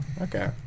Okay